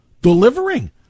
delivering